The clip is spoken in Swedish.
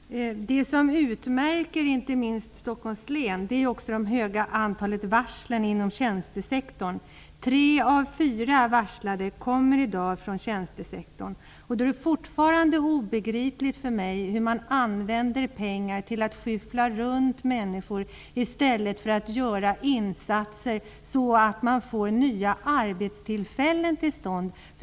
Herr talman! Det som utmärker inte minst Stockholms län är det stora antalet varsel inom tjänstesektorn. Tre av fyra varslade kommer i dag från tjänstesektorn. Det är fortfarande obegripligt för mig att man använder pengar till att skyffla runt människor i stället för att göra insatser så att man får till stånd nya arbetstillfällen.